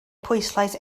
pwyslais